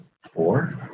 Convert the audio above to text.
Four